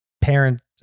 parents